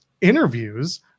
interviews